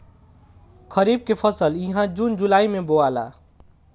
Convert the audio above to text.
खरीफ के फसल इहा जून जुलाई में बोआला